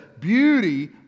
beauty